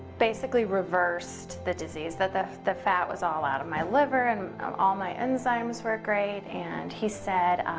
basically reversed the disease that the the fat was all out of my liver and all my enzymes were great and he said